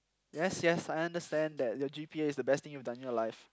yes yes I understand that your G_P_A is the best thing you've done in your life